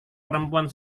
perempuan